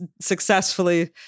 successfully